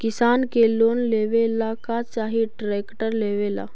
किसान के लोन लेबे ला का चाही ट्रैक्टर लेबे ला?